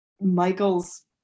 Michael's